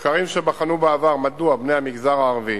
מחקרים שבחנו בעבר מדוע בני המגזר הערבי